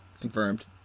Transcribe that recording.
Confirmed